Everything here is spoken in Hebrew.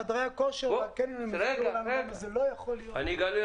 חדרי הכושר והקניונים הסבירו לנו למה זה לא יכול להיות לא אתה.